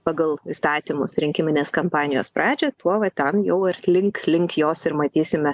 pagal įstatymus rinkiminės kampanijos pradžią tuo va ten jau ir link link jos ir matysime